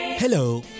Hello